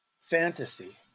fantasy